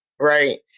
right